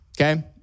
okay